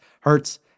Hurts